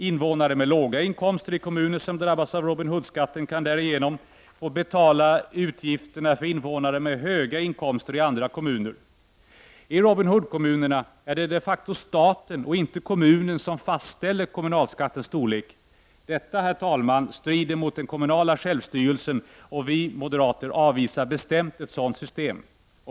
Invånare med låga inkomster i kommuner som drabbas av Robin Hood-skatten kan därigenom få betala utgifterna för invånare med höga inkomster i andra kommuner. I Robin Hood-kommunerna är det de facto staten och inte kommunen som fastställer kommunalskattens storlek. Detta, herr talman, strider mot den kommunala självstyrelsen, och vi moderater avvisar bestämt ett sådant system.